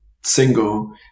single